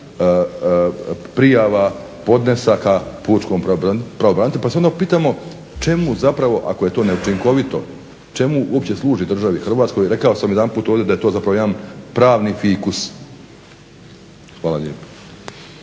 prijava, podnesaka pučkom pravobranitelju pa se onda pitamo čemu zapravo ako je to neučinkovito čemu uopće služi državi Hrvatskoj. Rekao sam jedanput ovdje da je to zapravo jedan pravni fikus. Hvala lijepo.